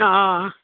आं